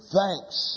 thanks